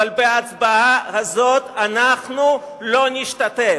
אבל בהצבעה הזאת אנחנו לא נשתתף,